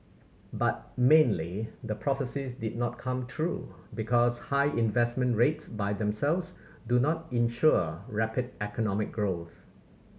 but mainly the prophecies did not come true because high investment rates by themselves do not ensure rapid economic growth